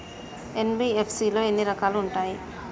NBFC లో ఎన్ని రకాలు ఉంటాయి?